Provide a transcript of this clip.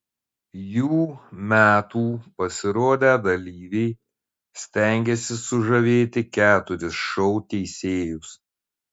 jų metų pasirodę dalyviai stengėsi sužavėti keturis šou teisėjus